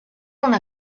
una